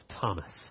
Thomas